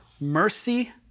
mercy